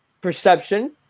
perception